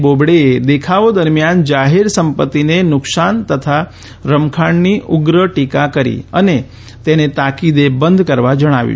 બોબડેએ દેખાવો દરમિયાન જાહેર સંપત્તિને નુકસાન તથા રમખાણની ઉગ્ર ટીકા કરી અને તેને તાકીદે બંધ કરવા જણાવ્યું